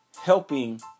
helping